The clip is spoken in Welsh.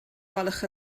gwelwch